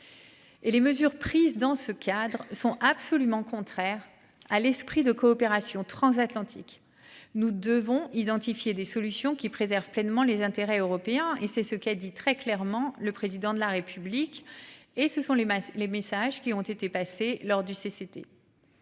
les mesures prises dans ce cadre sont absolument contraires à l'esprit de coopération transatlantique. Nous devons identifier des solutions qui préserve pleinement les intérêts européens et c'est ce qu'a dit très clairement, le président de la république et ce sont les les messages qui ont été passés lors du CCT.